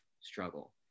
struggle